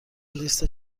لیست